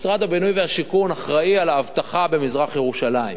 משרד הבינוי והשיכון אחראי לאבטחה במזרח-ירושלים.